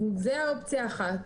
זאת אופציה אחת.